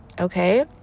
okay